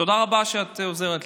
תודה רבה שאת עוזרת לי.